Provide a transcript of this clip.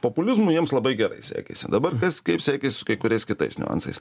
populizmu jiems labai gerai sekėsi dabar kas kaip sekės su kai kuriais kitais niuansais